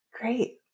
Great